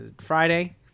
Friday